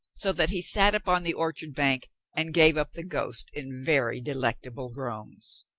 so that he sat upon the or chard bank and gave up the ghost in very delectable groans.